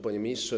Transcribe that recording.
Panie Ministrze!